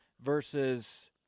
versus